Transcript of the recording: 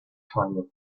time